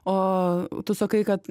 o tu sakai kad